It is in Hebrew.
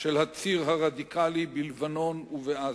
של הציר הרדיקלי בלבנון ובעזה.